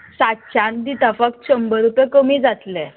सातश्यान दिता फक्त शंबर रुपया कमी जातले